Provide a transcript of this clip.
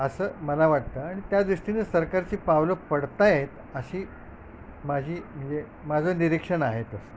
असं मला वाटतं आणि त्या दृष्टीने सरकारची पावलं पडत आहेत अशी माझी म्हणजे माझं निरीक्षण आहे तसं